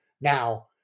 Now